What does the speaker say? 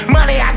Money